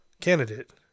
candidate